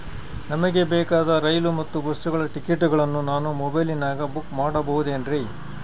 ನಮಗೆ ಬೇಕಾದ ರೈಲು ಮತ್ತ ಬಸ್ಸುಗಳ ಟಿಕೆಟುಗಳನ್ನ ನಾನು ಮೊಬೈಲಿನಾಗ ಬುಕ್ ಮಾಡಬಹುದೇನ್ರಿ?